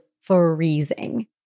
freezing